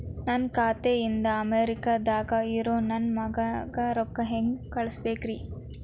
ನನ್ನ ಖಾತೆ ಇಂದ ಅಮೇರಿಕಾದಾಗ್ ಇರೋ ನನ್ನ ಮಗಗ ರೊಕ್ಕ ಹೆಂಗ್ ಕಳಸಬೇಕ್ರಿ?